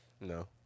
No